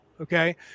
okay